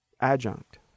adjunct